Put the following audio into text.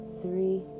three